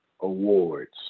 awards